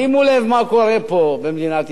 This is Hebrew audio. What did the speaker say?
שימו לב מה קורה פה, במדינת ישראל,